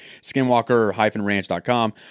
skinwalker-ranch.com